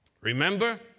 Remember